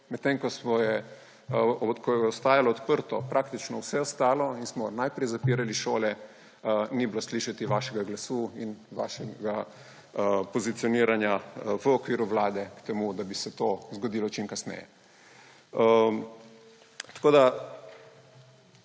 medtem ko je ostajalo odprto praktično vse ostalo in smo najprej zapirali šole, ni bilo slišati vašega glasu in vašega pozicioniranja v okviru Vlade k temu, da bi se to zgodilo čim kasneje. Sklep,